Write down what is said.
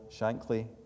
Shankly